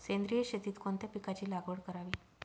सेंद्रिय शेतीत कोणत्या पिकाची लागवड करावी?